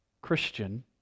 Christian